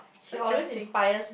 so touching